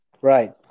right